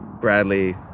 Bradley